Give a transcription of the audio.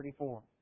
34